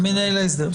מנהל ההסדר.